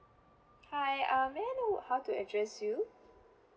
hi uh may I know how to address you